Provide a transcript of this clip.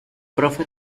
profe